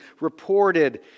reported